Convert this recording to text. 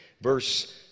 Verse